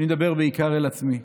אני מדבר בעיקר אל עצמי: